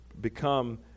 become